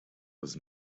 was